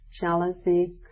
jealousy